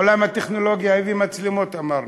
עולם הטכנולוגיה הביא מצלמות, אמרנו.